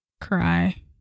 cry